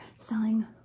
Selling